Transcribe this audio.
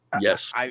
Yes